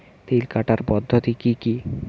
তিল কাটার পদ্ধতি কি কি?